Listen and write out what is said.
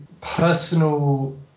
personal